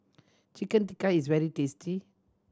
Chicken Tikka is very tasty